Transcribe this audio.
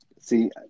See